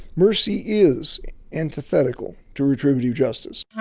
mercy is antithetical to retributive justice